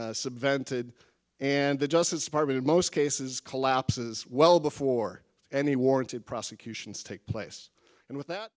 to and the justice department most cases collapses well before any warranted prosecutions take place and with that